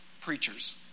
preachers